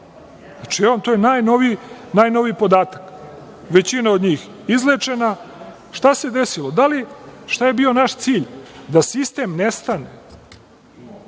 Znači, to je najnoviji podatak, većina od njih izlečena. Šta se desilo? Šta je bio naš cilj? Da sistem nestane,